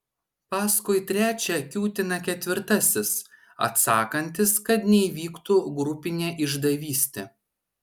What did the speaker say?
paskui trečią kiūtina ketvirtasis atsakantis kad neįvyktų grupinė išdavystė